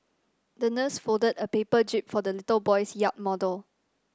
the nurse folded a paper jib for the little boy's yacht model